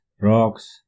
rocks